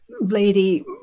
lady